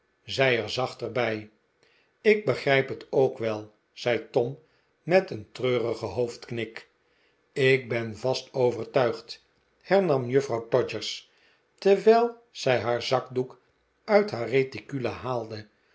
zij er zachter bij ik begrijp het ook wel zei tom met een treurigen hoofdknik ik ben vast overtuigd hernam juffrouw todgers terwijl zij haar zakdoek uit haar reticule haalde